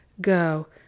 go